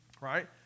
right